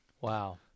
Wow